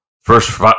first